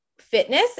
fitness